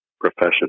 profession